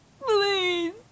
Please